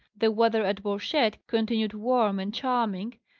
the weather at borcette continued warm and charming,